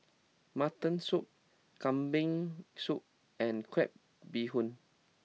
Mutton Soup Kambing Soup and Crab Bee Hoon